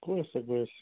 গৈ আছে গৈ আছে